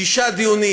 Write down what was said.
שישה דיונים